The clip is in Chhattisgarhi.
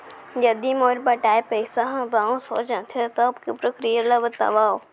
यदि मोर पटाय पइसा ह बाउंस हो जाथे, तब के प्रक्रिया ला बतावव